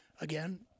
Again